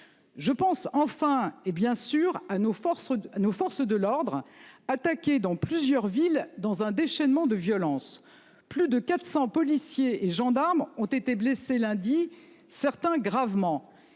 Je pense enfin et bien sûr à nos forces, nos forces de l'ordre attaqués dans plusieurs villes dans un déchaînement de violence. Plus de 400 policiers et gendarmes ont été blessés lundi certains gravement